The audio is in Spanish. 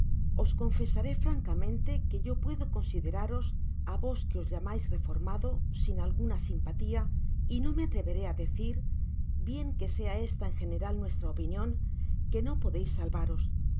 os confesare francamente que yo puedo consideraros á vos que os llamais reformado sin alguna simpatia y no me atreveré á decir bien que esla sea en general nuestra opinion que no podeis salvaros